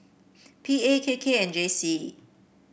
P A K K and J C